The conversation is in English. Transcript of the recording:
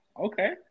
Okay